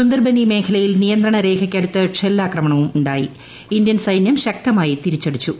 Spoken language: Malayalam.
സുന്ദർബനി മേഖലയിൽ നിയന്ത്രണ രേഖയ്ക്കടുത്ത്ഷെല്ലാക്രമണവുംഉണ്ടായി ഇന്ത്യൻ സൈനൃംശക്തമായിതിരിച്ചടിച്ചു